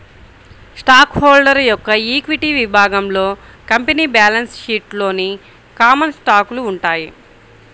stock holder యొక్క equity విభాగంలో company balance షీట్లోని కామన్ స్టాకులు ఉంటాయి